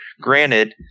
Granted